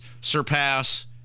surpass